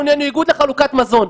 אנחנו נהיינו איגוד לחלוקת מזון,